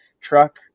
truck